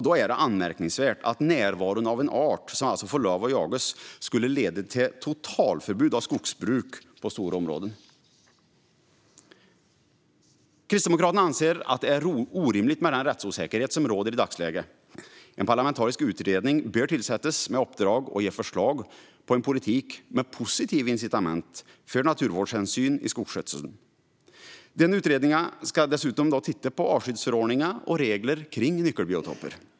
Då är det anmärkningsvärt att närvaron av en art som alltså får lov att jagas skulle leda till totalförbud av skogsbruk på stora områden. Kristdemokraterna anser att det är orimligt med den rättsosäkerhet som råder i dagsläget. En parlamentarisk utredning bör tillsättas med uppdrag att ge förslag på en politik med positiva incitament för naturvårdshänsyn i skogsskötseln. Denna utredning ska titta på bland annat artskyddsförordningen och reglerna kring nyckelbiotoper.